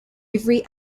every